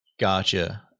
Gotcha